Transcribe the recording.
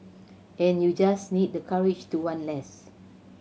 and you just need the courage to want less